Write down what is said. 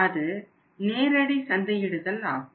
அது நேரடி சந்தையிடுதல் ஆகும்